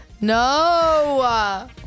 No